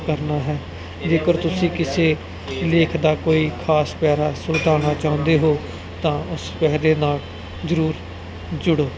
ਕਰਨਾ ਹੈ ਜੇਕਰ ਤੁਸੀਂ ਕਿਸੇ ਲੇਖ ਦਾ ਕੋਈ ਖਾਸ ਪੈਰਾ ਸੁਲਤਾਨਾ ਚਾਹੁੰਦੇ ਹੋ ਤਾਂ ਉਸ ਪੈਰੇ ਨਾਲ ਜਰੂਰ ਜੁੜੋ